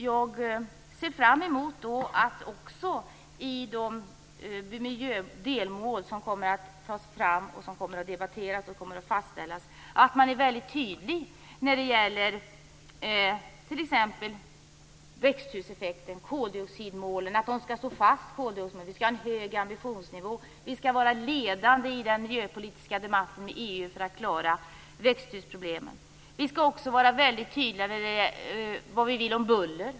Jag ser fram mot att man också i de delmål som kommer att tas fram, debatteras och fastställas är väldigt tydlig när det gäller att t.ex. målen för växthuseffekten och koldioxidutsläppen skall stå fast, att vi skall ha en hög ambitionsnivå och att vi skall vara ledande i den miljöpolitiska debatten i EU för att klara växthusproblemen. Vi skall också vara väldigt tydliga när det gäller vad vi vill om buller.